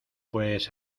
pues